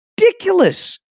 ridiculous